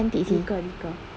nikah nikah